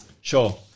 Sure